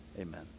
Amen